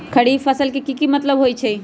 खरीफ फसल के की मतलब होइ छइ?